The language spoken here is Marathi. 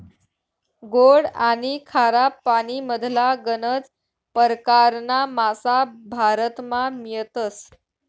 गोड आनी खारा पानीमधला गनज परकारना मासा भारतमा मियतस